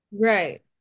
Right